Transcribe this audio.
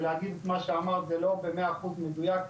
ולהגיד את מה שאמרת זה לא במאה אחוז מדויק,